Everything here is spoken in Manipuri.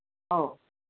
ꯑꯧ